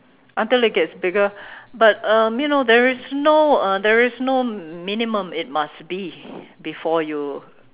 until it gets bigger but um you know there is no uh there is no minimum it must be before you